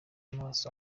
amaso